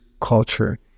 culture